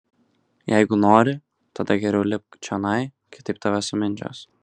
jeigu nori tada geriau lipk čionai kitaip tave sumindžios